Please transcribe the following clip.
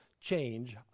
change